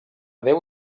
déu